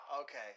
Okay